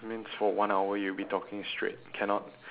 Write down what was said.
means for one hour you will be taking straight cannot